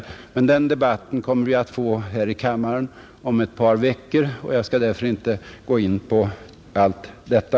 Men den debatten kommer vi att få här i kammaren om ett par veckor, och jag skall därför inte nu gå in på allt detta.